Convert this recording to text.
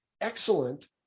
excellent